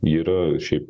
yra šiaip